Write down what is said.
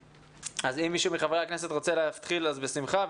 אם מישהו מחברי הכנסת רוצה להתחיל, בשמחה.